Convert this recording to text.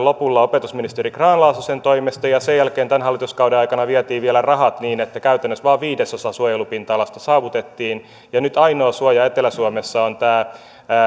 lopulla opetusministeri grahn laasosen toimesta ja sen jälkeen tämän hallituskauden aikana vietiin vielä rahat niin että käytännössä vain viidesosa suojelupinta alasta saavutettiin nyt ainoa suoja etelä suomessa on tämä